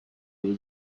was